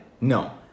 no